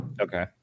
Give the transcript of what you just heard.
Okay